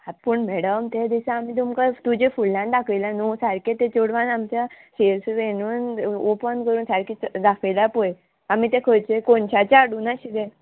पूण मॅडम त्या दिसा आमी तुमकां तुजे फुडल्यान दाखयलां न्हू सारकें तें चेडवान आमच्या सेल्स येनून ओपन करून सारकें दाखयलां पय आमी तें खंयचे कोनशाचें हाडूंक नाशिल्लें